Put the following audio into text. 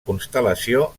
constel·lació